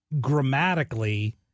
grammatically –